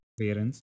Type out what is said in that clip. parents